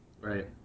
right